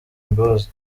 imbabazi